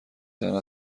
زند